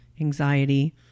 anxiety